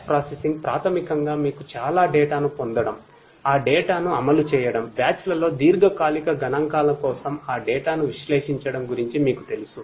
batch ను విశ్లేషించడం గురించి మీకు తెలుసు